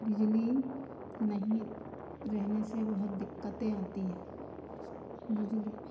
बिजली नहीं रहने से बहुत दिक़्क़तें आती हैं बिजली